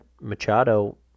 Machado